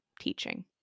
teaching